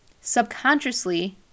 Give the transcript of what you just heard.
subconsciously